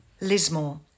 Lismore